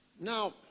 Now